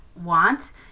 want